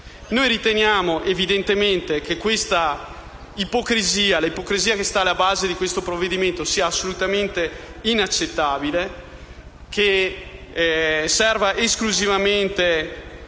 Noi riteniamo evidentemente che l'ipocrisia che sta alla base del provvedimento sia assolutamente inaccettabile, che serva esclusivamente